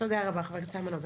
תודה, חבר הכנסת איימן עודה.